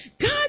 God